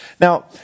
Now